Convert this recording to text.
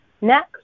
Next